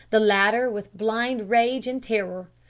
the latter with blind rage and terror.